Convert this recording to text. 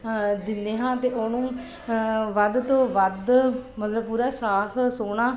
ਦਿੰਦੇ ਹਾਂ ਅਤੇ ਉਹਨੂੰ ਵੱਧ ਤੋਂ ਵੱਧ ਮਤਲਬ ਪੂਰਾ ਸਾਫ਼ ਸੋਹਣਾ